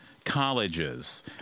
Colleges